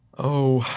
oh,